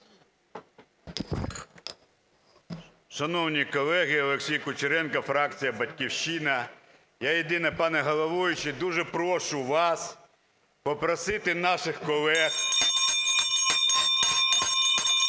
Шановні колеги! Олексій Кучеренко, фракція "Батьківщина". Я єдине, пане головуючий, дуже прошу вас попросити наших колег…